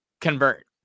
convert